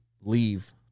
leave